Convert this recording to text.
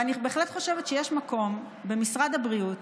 אני בהחלט חושבת שיש מקום במשרד הבריאות